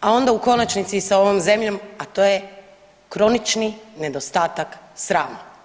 a onda u konačnici i sa ovom zemljom, a to je kronični nedostatak srama.